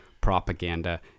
propaganda